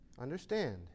understand